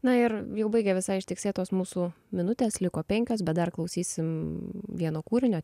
na ir jau baigia visai ištiksėt tos mūsų minutės liko penkios bet dar klausysim vieno kūrinio